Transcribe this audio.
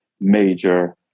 major